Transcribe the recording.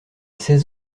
seize